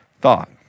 thought